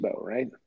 right